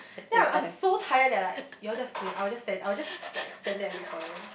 then I am I am so tired then I like you all just play I will just stand I will just like stand there and wait for them